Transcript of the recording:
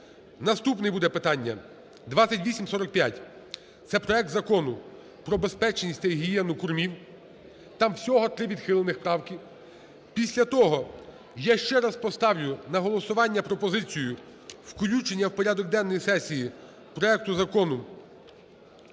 Наступним буде питання 2845, це проект Закону про безпечність та гігієну кормів, там всього три відхилених правки. Після того я ще раз поставлю на голосування пропозицію включення в порядок денний сесії проекту Закону